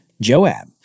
Joab